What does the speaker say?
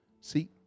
See